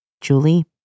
Julie